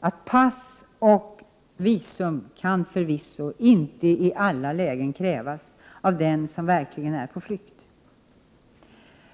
att pass och visum förvisso inte i alla lägen kan avkrävas den som verkligen är på flykt.